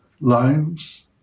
lines